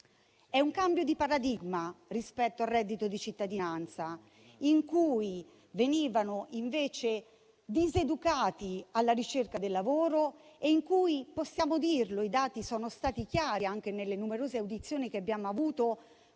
È un cambio di paradigma rispetto al reddito di cittadinanza, in cui venivano invece diseducati alla ricerca del lavoro e in cui - possiamo dirlo - i dati sono stati chiari, anche nelle numerose audizioni che abbiamo avuto: